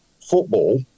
football